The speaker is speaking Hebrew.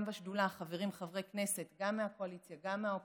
בשדולה חברים חברי כנסת גם מהקואליציה וגם מהאופוזיציה.